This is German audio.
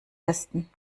westen